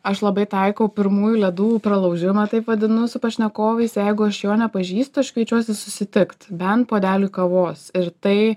aš labai taikau pirmųjų ledų pralaužimą taip vadinu su pašnekovais jeigu aš jo nepažįstu aš kviečiuosi susitikt bent puodeliui kavos ir tai